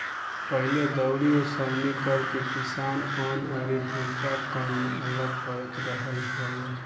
पहिले दउरी ओसौनि करके किसान अन्न अउरी भूसा, कन्न अलग करत रहल हालो